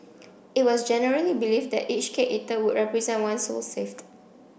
it was generally believed that each cake eaten would represent one soul saved